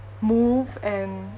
move and